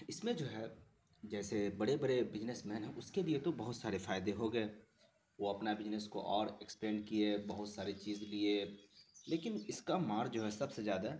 اس میں جو ہے جیسے بڑے بڑے بزنس مین ہیں اس کے لیے تو بہت سارے فائدے ہو گئے وہ اپنا بجنس کو اور ایکسپینڈ کیے بہت ساری چیز لیے لیکن اس کا مار جو ہے سب سے زیادہ